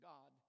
God